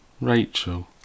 Rachel